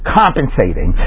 compensating